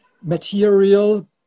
material